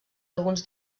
alguns